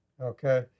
Okay